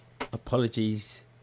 Apologies